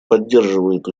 поддерживает